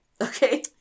okay